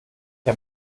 der